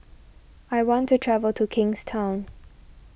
I want to travel to Kingstown